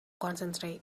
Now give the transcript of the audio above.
concentrate